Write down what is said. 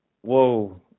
whoa